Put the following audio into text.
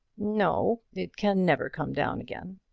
no it can never come down again.